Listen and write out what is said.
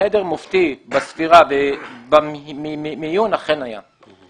סדר מופתי בספירה ובמיון אכן היה.